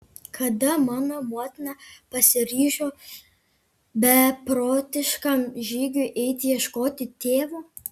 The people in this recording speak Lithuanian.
kada mano motina pasiryžo beprotiškam žygiui eiti ieškoti tėvo